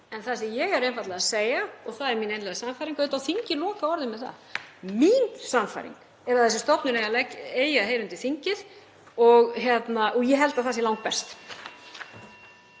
en það sem ég er einfaldlega að segja, og það er mín einlæga sannfæring — auðvitað á þingið lokaorðið um það — er að þessi stofnun eigi að heyra undir þingið og ég held að það sé langbest.